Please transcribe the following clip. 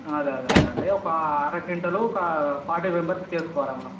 అదే అదే అదే అండి ఒక ఆరు కింటాలు ఒకా ఫార్టీ మెంబర్స్కి వేసుకోవాలా మనం